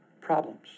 problems